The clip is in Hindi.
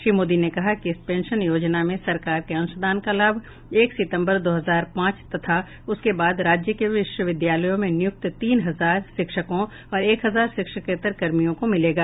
श्री मोदी ने कहा कि इस पेंशन योजना में सरकार के अंशदान का लाभ एक सितंबर दो हजार पांच तथा उसके बाद राज्य के विश्वविद्यालयों में नियुक्त तीन हजार शिक्षकों और एक हजार शिक्षकेत्तर कर्मियों को मिलेगा